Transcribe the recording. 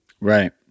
Right